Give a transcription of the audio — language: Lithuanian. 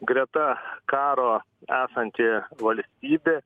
greta karo esanti valstybė